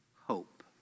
hope